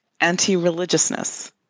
anti-religiousness